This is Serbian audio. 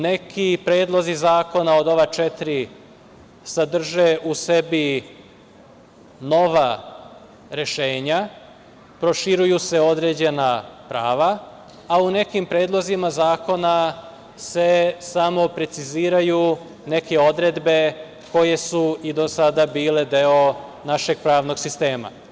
Neki predlozi zakona od ova četiri sadrže u sebi nova rešenja, proširuju se određena prava, a u nekim predlozima zakona se samo preciziraju neke odredbe koje su i do sada bile deo našeg pravnog sistema.